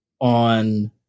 on